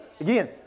Again